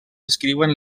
descriuen